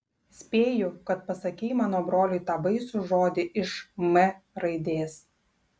spėju kad pasakei mano broliui tą baisų žodį iš m raidės